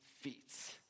feats